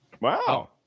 Wow